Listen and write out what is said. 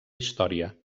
història